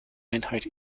einheit